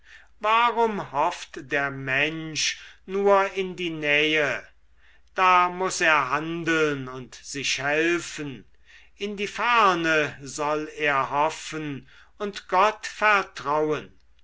warum hofft der mensch nur in die nähe da muß er handeln und sich helfen in die ferne soll er hoffen und gott vertrauen